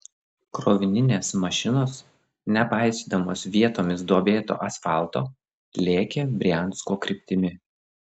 krovininės mašinos nepaisydamos vietomis duobėto asfalto lėkė briansko kryptimi